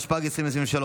התשפ"ג 2023,